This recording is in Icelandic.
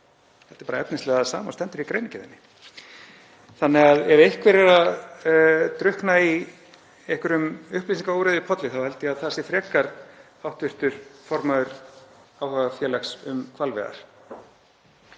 Þetta er bara efnislega það sama og stendur í greinargerðinni þannig að ef einhver er að drukkna í einhverjum upplýsingaóreiðupolli held ég að það sé frekar hv. formaður áhugafélags um hvalveiðar.